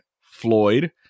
Floyd